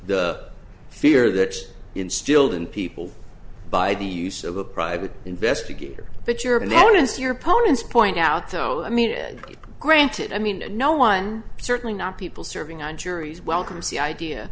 the fear that instilled in people by the use of a private investigator that you're and that is your opponents point out though i mean granted i mean no one certainly not people serving on juries welcomes the idea